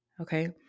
okay